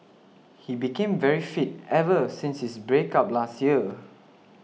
he became very fit ever since his break up last year